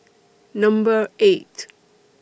Number eight